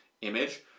image